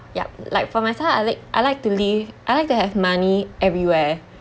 yup like for myself I like I like to leave I like to have money everywhere